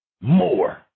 more